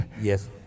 Yes